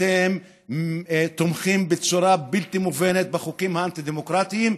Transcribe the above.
אתם תומכים בצורה בלתי מובנת בחוקים האנטי-דמוקרטיים,